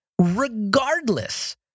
regardless